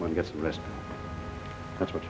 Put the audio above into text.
when i get some rest that's what